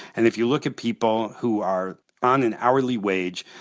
and if you look at people who are on an hourly wage,